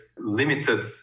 limited